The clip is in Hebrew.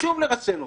חשוב לרסן אותו.